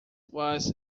was